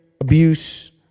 abuse